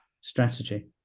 strategy